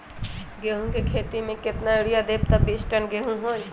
गेंहू क खेती म केतना यूरिया देब त बिस टन गेहूं होई?